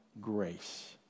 grace